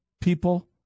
people